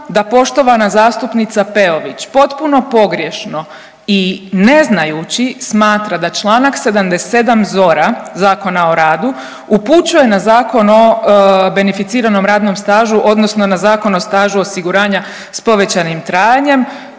da poštovana zastupnica Peović potpuno pogrješno i ne znajući smatra da čl. 77. ZOR-a Zakona o radu upućuje na Zakon o beneficiranom radnom stažu odnosno na Zakon o stažu osiguranja s povećanim trajanjem